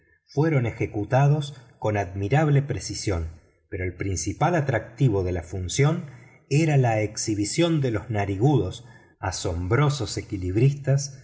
fueron ejecutados con admirable precisión pero el principal atractivo de la función era la exhibición de los narigudos asombrosos equilibristas